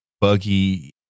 buggy